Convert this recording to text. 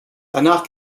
danach